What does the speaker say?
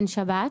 בן שבת,